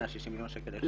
160 מיליון שקלים בשנה.